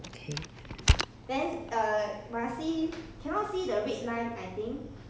eh !huh! oh okay